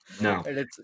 no